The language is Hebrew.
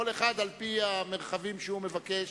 כל אחד על-פי המרחבים שהוא מבקש.